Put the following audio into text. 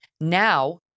Now